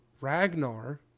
ragnar